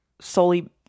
solely